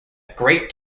great